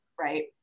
right